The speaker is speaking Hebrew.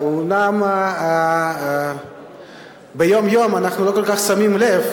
אומנם ביום-יום אנחנו לא כל כך שמים לב,